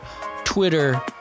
Twitter